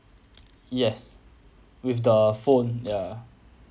yes with the phone ya